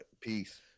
peace